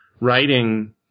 writing